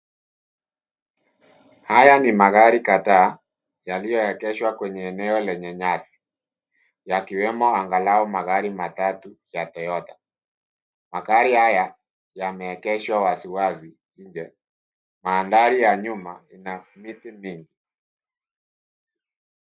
Haya ni magari kadhaa yaliyoegeshwa kwenye eneo lenye nyasi, yakiwemo angalau magari matatu ya Toyota . Magari haya yameegeshwa wazi wazi nje. Mandhari ya nyuma ina miti mingi.